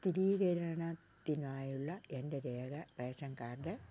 സ്ഥിരീകരണത്തിനായുള്ള എൻ്റെ രേഖ ration card ആണ്